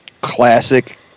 classic